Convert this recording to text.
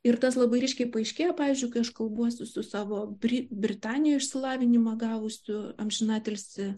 ir tas labai ryškiai paaiškėjo pavyzdžiui kai aš kalbuosi su savo bri britanijoje išsilavinimą gavusiu amžinatilsį